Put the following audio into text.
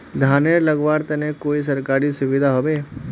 धानेर लगवार तने कोई सरकारी सुविधा होबे?